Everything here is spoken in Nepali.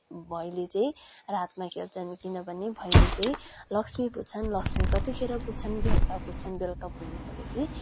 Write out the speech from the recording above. भैली चाहिँ रातमा खेल्छन् किनभने भैली चाहिँ लक्ष्मी पुज्छन लक्ष्मी कतिखेर पुज्छन बेलुका पुज्छन बेलुका पुजिसकेपछि